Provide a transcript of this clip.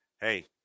Hey